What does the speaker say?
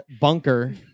Bunker